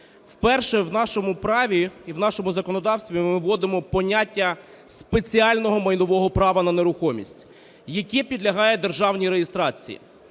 Вперше в нашому праві і в нашому законодавстві ми вводимо поняття спеціального майнового права на нерухомість, яке підлягає державній реєстрації.